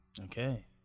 Okay